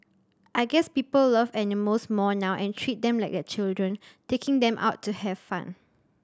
I guess people love animals more now and treat them like their children taking them out to have fun